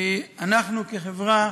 אנחנו, כחברה,